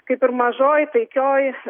kaip ir mažoj taikioj